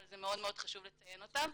אבל זה מאוד חשוב לציין אותם,